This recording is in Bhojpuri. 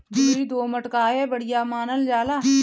बलुई दोमट काहे बढ़िया मानल जाला?